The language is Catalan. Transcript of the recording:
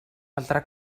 altre